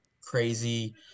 crazy